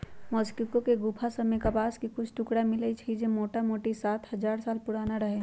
Mexico के गोफा सभ में कपास के कुछ टुकरा मिललइ र जे मोटामोटी सात हजार साल पुरान रहै